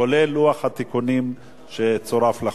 כולל לוח התיקונים שצורף לחוק.